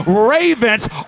Ravens